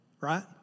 right